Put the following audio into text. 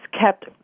kept